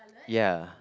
ya